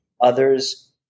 others